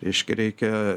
reiškia reikia